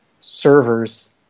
servers